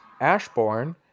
Ashbourne